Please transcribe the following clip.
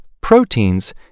proteins